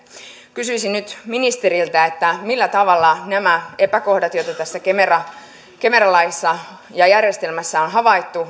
kysyisin nyt ministeriltä millä tavalla nämä epäkohdat joita tässä kemera kemera laissa ja järjestelmässä on on havaittu